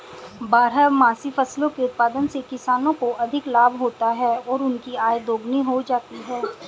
बारहमासी फसलों के उत्पादन से किसानों को अधिक लाभ होता है और उनकी आय दोगुनी हो जाती है